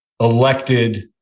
elected